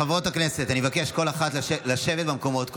חברות הכנסת, לשבת במקומות.